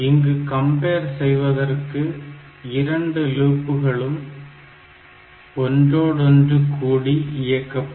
இங்கு கம்பேர் செய்வதற்கு 2 லூப்புகளும் ஒன்றோடு ஒன்று கூடி இயக்கப்படும்